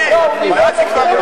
אתה יודע, אתה תסתבך כשאתה תשמע אותי.